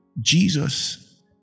jesus